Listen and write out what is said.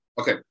Okay